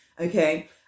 Okay